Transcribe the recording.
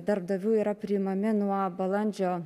darbdavių yra priimami nuo balandžio